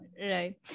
Right